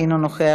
אינו נוכח,